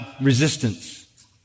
resistance